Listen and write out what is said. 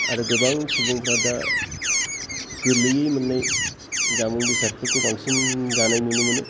आरो गोबां सुबुंफ्रा दा गोरलैयै मोननाय जामुं बेसादफोरखौ बांसिन जानाय नुनो मोनो